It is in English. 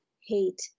hate